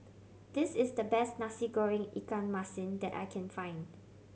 this is the best Nasi Goreng ikan masin that I can find